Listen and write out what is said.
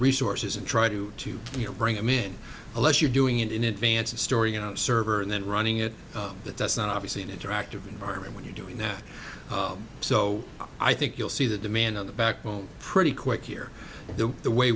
resources and try to to you know bring them in a less you're doing it in advance of storing a server and then running it that doesn't obviously an interactive environment when you're doing that so i think you'll see the demand on the backbone pretty quick here the way